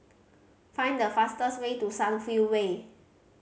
find the fastest way to Sunview Way